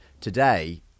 Today